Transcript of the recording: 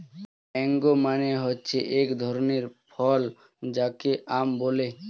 mango মানে হচ্ছে এক ধরনের ফল যাকে আম বলে